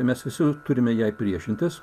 mes visi turime jai priešintis